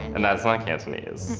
and that's not cantonese.